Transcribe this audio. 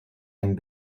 and